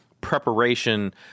Preparation